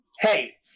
Hey